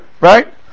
Right